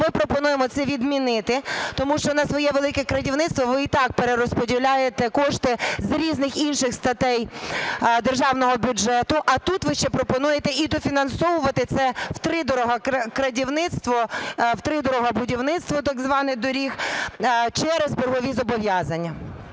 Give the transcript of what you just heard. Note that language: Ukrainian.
Ми пропонуємо це відмінити, тому що на своє "велике крадівництво" ви і так перерозподіляєте кошти з різних інших статей державного бюджету, а тут ви ще пропонуєте і дофінансовувати це втридорога "крадівництво", втридорога будівництво так зване доріг через боргові зобов'язання.